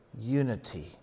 unity